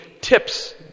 tips